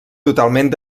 totalment